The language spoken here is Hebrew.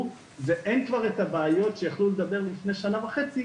ואין כבר את הבעיות שיכלו לדבר עליהן לפני שנה וחצי,